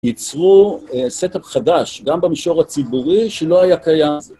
ייצרו סטאפ חדש, גם במישור הציבורי, שלא היה קיים.